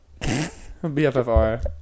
bffr